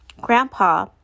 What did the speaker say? Grandpa